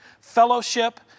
fellowship